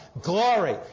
Glory